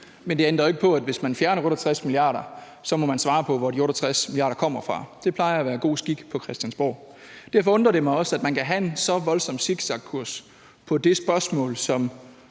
men det ændrer jo ikke på, at hvis man fjerner 68 mia. kr., må man svare på, hvor de 68 mia. kr. kommer fra. Det plejer at være god skik på Christiansborg. Derfor undrer det mig også, at man kan have en så voldsom zigzagkurs på det spørgsmål, som